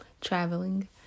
traveling